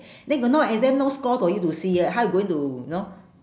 then got no exam no score for you to see ah how you going to you know